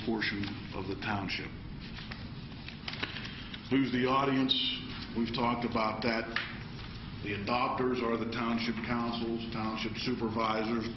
portion of the township lose the audience we've talked about that others are the township councils township supervisors